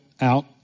out